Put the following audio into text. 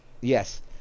yes